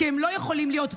כי הם לא יכולים להיות גם,